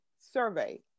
survey